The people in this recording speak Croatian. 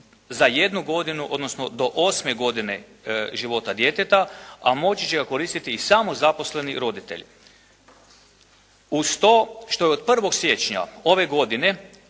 za jednu godinu odnosno do 8. godine života djeteta, a moći će ga koristiti i samozaposleni roditelj. Uz to što je od 1. siječnja ove godine